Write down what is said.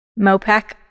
Mopac